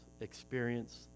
experience